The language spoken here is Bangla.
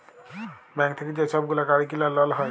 ব্যাংক থ্যাইকে যে ছব গুলা গাড়ি কিলার লল হ্যয়